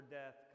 death